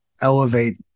elevate